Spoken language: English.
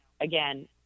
again